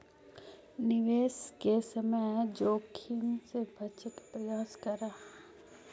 निवेश के समय जोखिम से बचे के प्रयास करऽ